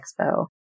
expo